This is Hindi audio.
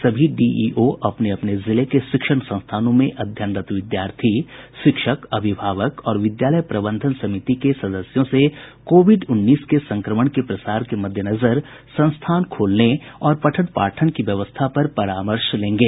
सभी डीईओ अपने अपने जिले के शिक्षण संस्थानों में अध्ययनरत विद्यार्थी शिक्षक अभिभावक और विद्यालय प्रबंधन समिति के सदस्यों से कोविड उन्नीस के संक्रमण के प्रसार के मद्देनजर संस्थान खोलने और पठन पाठन की व्यवस्था पर परामर्श लेंगे